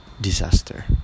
disaster